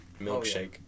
milkshake